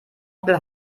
onkel